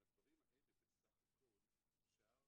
עם הדברים האלה בסך הכול אפשר